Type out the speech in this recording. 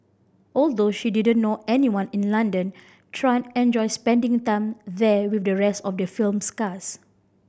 although she didn't know anyone in London Tran enjoyed spending time there with the rest of the film's cast